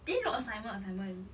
eh no assignment assignment